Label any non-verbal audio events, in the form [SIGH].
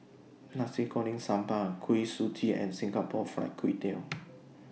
Nasi Goreng Sambal Kuih Suji and Singapore Fried Kway Tiao [NOISE]